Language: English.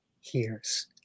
hears